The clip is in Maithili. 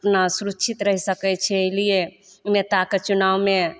अपना सुरक्षित रहि सकै छै एहि लिए नेताके चुनावमे